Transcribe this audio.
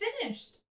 finished